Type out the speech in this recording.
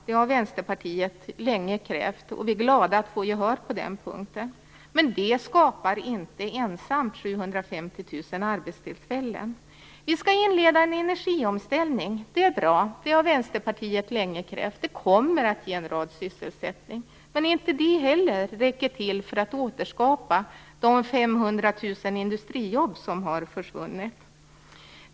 Det har Vänsterpartiet länge krävt, och vi är glada att få gehör på den punkten. Men det ensamt skapar inte 750 000 arbetstillfällen. Vi skall inleda en energiomställning. Det är bra. Det har Vänsterpartiet längre krävt. Det kommer att ge en rad sysselsättningstillfällen. Men inte heller det räcker för att återskapa de 500 000 industrijobb som har försvunnit.